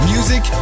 Music